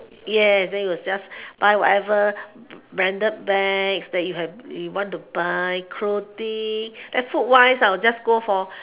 yes then you'll just buy whatever branded bags that you have you want to buy clothing then food wise I'll just go for